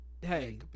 hey